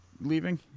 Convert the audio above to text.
leaving